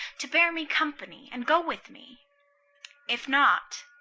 to bear me company and go with me if not,